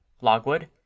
logwood